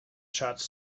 shots